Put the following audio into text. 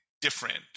different